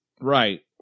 Right